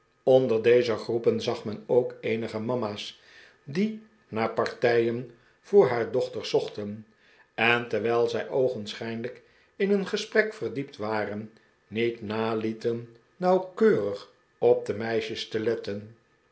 onder deze groepen zag men ook eenige mama's die naar partijen voor haar dochters zochten en terwijl zij oogenschijnlijk in een gesprek verdiept waren niet nalieten nauwkeurig op de meisjes te letten